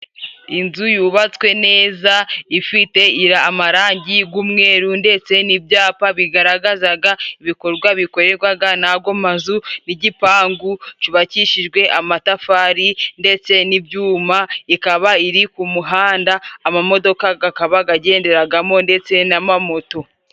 Inzu yubatswe neza ifite amarangi gw'umweruru, ndetse n'ibyapa bigaragazaga ibikorwa bikorerwaga n'ago mazu n'igipangu cyubakishijwe amatafari ndetse n'ibyuma, ikaba iri ku muhanda amamodoka gakabagagenderagamo, ndetse n'amamoto.